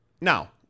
Now